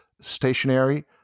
stationary